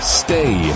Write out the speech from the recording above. stay